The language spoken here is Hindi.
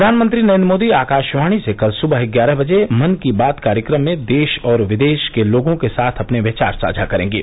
प्रधानमंत्री नरेन्द्र मोदी आकाशवाणी से कल सुबह ग्यारह बजे मन की बात कार्यक्रम में देश और विदेश के लोगों के साथ अपने विचार साझा करेंगे